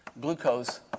glucose